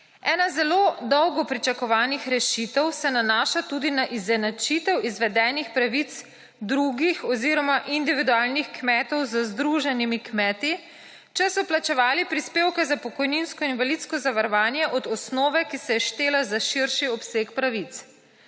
Ena zelo dolgo pričakovanih rešitev se nanaša tudi na izenačitev izvedenih pravic drugih oziroma individualnih kmetov z združenimi kmeti, če so plačevali prispevke za pokojninsko in invalidsko zavarovanje od osnove, ki se je štela za širši obseg pravic.